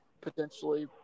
potentially